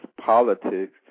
politics